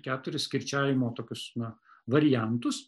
keturis kirčiavimo tokius na variantus